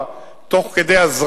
תוך כדי ביצוע,